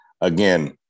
again